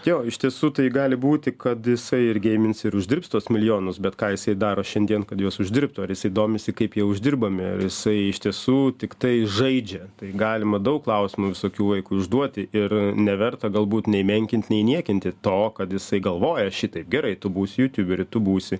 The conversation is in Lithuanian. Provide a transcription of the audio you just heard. jo iš tiesų tai gali būti kad jisai ir geimins ir uždirbs tuos milijonus bet ką jisai daro šiandien kad juos uždirbtų ar jisai domisi kaip jie uždirbami ir jisai iš tiesų tiktai žaidžia tai galima daug klausimų visokių vaikui užduoti ir neverta galbūt nei menkinti nei niekinti to kad jisai galvoja šitaip gerai tu būsi jutuberiu tu būsi